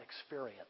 experience